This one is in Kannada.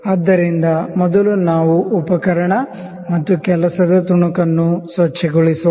ಆದ್ದರಿಂದ ಮೊದಲು ನಾವು ಉಪಕರಣ ಮತ್ತು ವರ್ಕ್ ಪೀಸ್ನ್ನು ಸ್ವಚ್ಛಗೊಳಿಸೋಣ